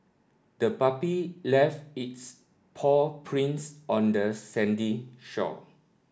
the puppy left its paw prints on the sandy shore